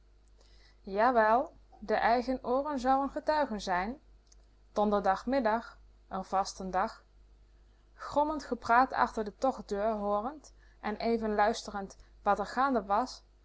jawel de eigen ooren zouen getuigen zijn donderdagmiddag r vasten dag grommend gepraat achter de tochtdeur hoorend en even luisterend wat r gaande was